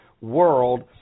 world